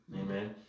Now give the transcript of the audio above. Amen